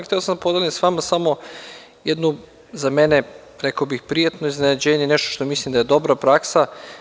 Hteo sam da podelim s vama jedno za mene, rekao bih, prijatno iznenađenje, nešto što mislim da je dobra praksa.